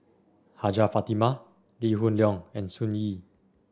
Hajjah Fatimah Lee Hoon Leong and Sun Yee